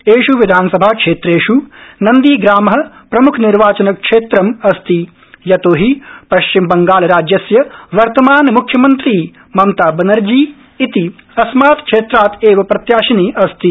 एष् विधानसभा क्षेत्रेष् नन्दीग्रामप्रम्खनिर्वाचनक्षेत्रम् अस्ति यतो हि पश्चिमबंगाल राज्यस्य वर्तमान मुख्यमन्त्री ममताबनर्जी इति अस्मात् क्षेत्रात् एव प्रत्याशिनी अस्ति